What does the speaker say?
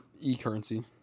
e-currency